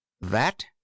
That